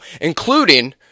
including